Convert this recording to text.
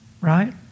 Right